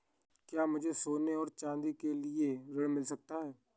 क्या मुझे सोने और चाँदी के लिए ऋण मिल सकता है?